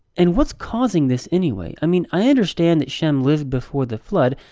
and, what's causing this anyway? i mean, i understand that shem lived before the flood,